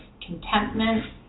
contentment